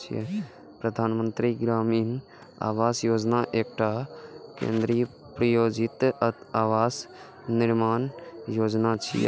प्रधानमंत्री ग्रामीण आवास योजना एकटा केंद्र प्रायोजित आवास निर्माण योजना छियै